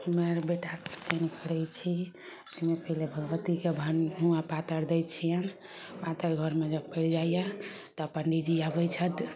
हम आर बेटाके उपनयन करय छी तैमे पहिले भगवतीके हुआँ पातरि दै छियनि पातरि घरमे जब पड़ि जाइए तब पण्डितजी अबय छथि